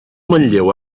manlleu